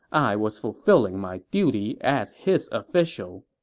i was fulfilling my duty as his official.